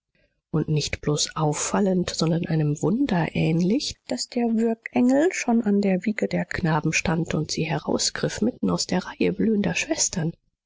und nicht bloß auffallend sondern einem wunder ähnlich daß der würgengel schon an der wiege der knaben stand und sie herausgriff mitten aus der reihe blühender schwestern